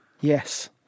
yes